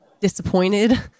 disappointed